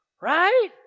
Right